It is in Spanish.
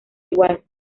igual